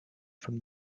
from